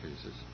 cases